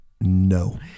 No